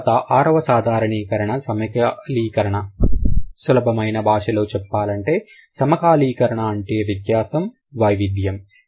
తరువాత ఆరవ సాధారణీకరణ సమకాలీకరణ సులభమైన భాషలో చెప్పాలంటే సమకాలీకరణ అంటే వ్యత్యాసం వైవిద్యం